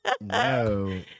No